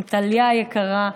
עם טליה היקרה,